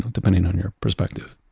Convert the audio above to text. depending on your perspective